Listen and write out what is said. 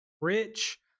rich